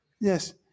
Yes